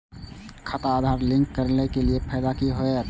खाता आधार से लिंक केला से कि फायदा होयत?